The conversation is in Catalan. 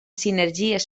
sinergies